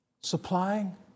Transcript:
supplying